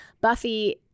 Buffy